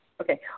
Okay